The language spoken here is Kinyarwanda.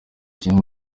kimwe